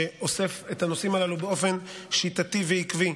שאוסף את הנושאים הללו באופן שיטתי ועקבי.